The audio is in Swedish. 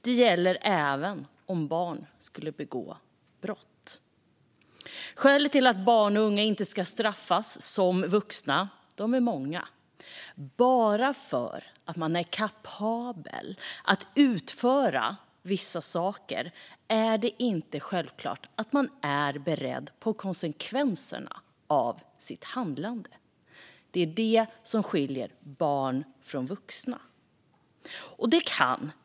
Detta gäller även om barn skulle begå brott. Skälen till att barn och unga inte ska straffas som vuxna är många. Bara för att man är kapabel att utföra vissa saker är det inte självklart att man är beredd på konsekvenserna av sitt handlande. Det är det som skiljer barn från vuxna.